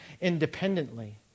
independently